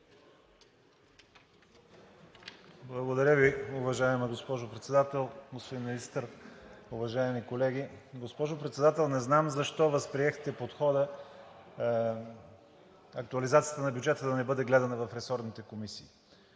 Благодаря Ви, уважаема госпожо Председател. Господин Министър, уважаеми колеги! Госпожо Председател, не знам защо възприехте подхода актуализацията на бюджета да не бъде гледана в ресорните комисии.